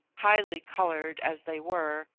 highly coloured as they were,